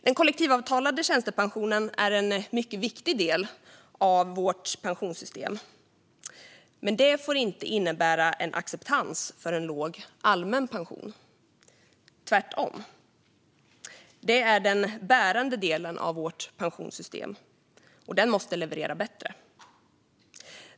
Den kollektivavtalade tjänstepensionen är en mycket viktig del av vårt pensionssystem, men det får inte innebära en acceptans för en låg allmän pension. Tvärtom är den allmänna pensionen den bärande delen av vårt pensionssystem, och den måste leverera bättre.